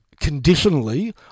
conditionally